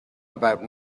about